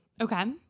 Okay